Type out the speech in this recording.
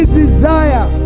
desire